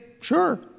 sure